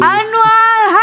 Anwar